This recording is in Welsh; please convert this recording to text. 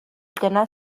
dyna